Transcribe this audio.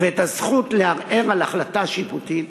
ואת הזכות לערער על החלטה שיפוטית